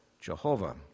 Jehovah